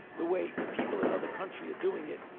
the way people in other countries are doing it,